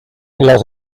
las